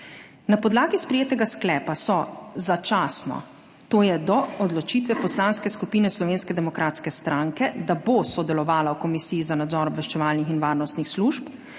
Na podlagi sprejetega sklepa so začasno, to je do odločitve Poslanske skupine Slovenske demokratske stranke, da bo sodelovala v Komisiji za nadzor obveščevalnih in varnostnih služb,